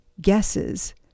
guesses